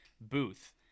booth